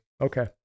Okay